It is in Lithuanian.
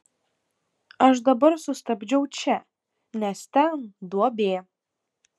aš dabar sustabdžiau čia nes ten duobė